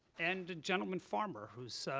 and a gentleman farmer, whose